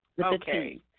Okay